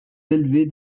élevés